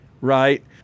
right